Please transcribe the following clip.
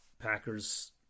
Packers